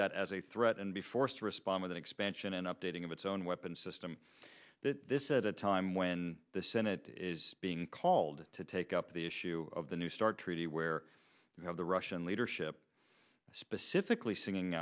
that as a threat and be forced to respond with an expansion and updating of its own weapons system this is a time when the senate is being called to take up the issue of the new start treaty where the russian leadership specifically singing